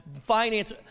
Finance